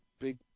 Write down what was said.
big